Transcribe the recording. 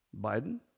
Biden